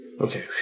Okay